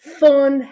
fun